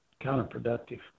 counterproductive